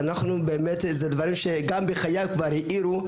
זה דברים שגם בחייו כבר האירו,